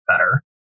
better